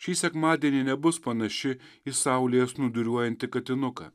šį sekmadienį nebus panaši į saulėje snūduriuojantį katinuką